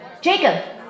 Jacob